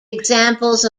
examples